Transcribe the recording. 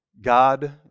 God